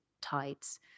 tides